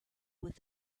with